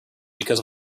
because